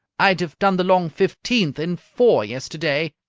i'd have done the long fifteenth in four yesterday,